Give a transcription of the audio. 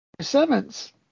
Simmons